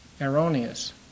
erroneous